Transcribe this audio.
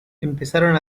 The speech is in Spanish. empezaron